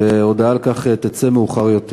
והודעה על כך תצא מאוחר יותר.